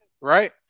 right